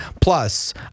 Plus